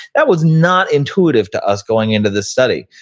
that was not intuitive to us going into this study,